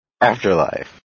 Afterlife